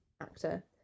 actor